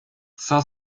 cinq